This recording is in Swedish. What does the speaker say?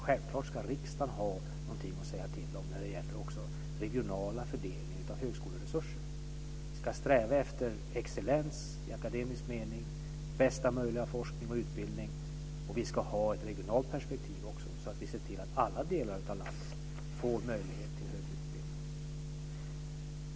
Självklart ska riksdagen ha något att säga till om också när det gäller den regionala fördelningen av högskoleresurserna. Vi ska sträva efter excellens i akademisk mening, bästa möjliga forskning och utbildning. Vi ska också ha ett regionalt perspektiv så att vi ser till att alla delar av landet får möjligheter till högre utbildning.